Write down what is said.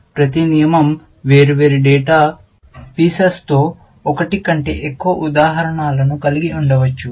ప్రతి నియమం వేర్వేరు డేటా పిఎచెస్ తో ఒకటి కంటే ఎక్కువ ఉదాహరణలను కలిగి ఉండవచ్చు